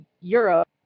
Europe